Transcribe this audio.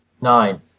Nine